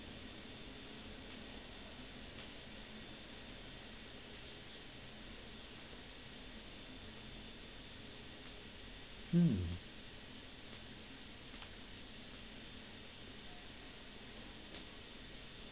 mm